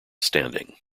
standing